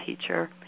teacher